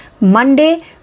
Monday